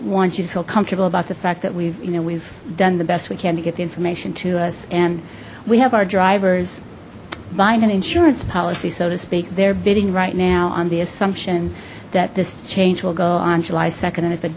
want you to feel comfortable about the fact that we've you know we've done the best we can to get the information to us and we have our drivers buying an insurance policy so to speak they're bidding right now on the assumption that this change will go on july nd and if it